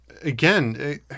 Again